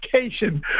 education